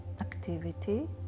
activity